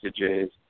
messages